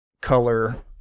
color